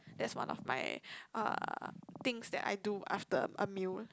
that's one of my uh things that I do after a meal